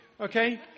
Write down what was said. Okay